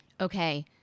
Okay